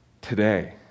today